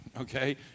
okay